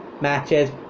Matches